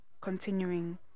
continuing